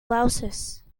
louses